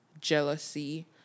jealousy